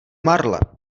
marle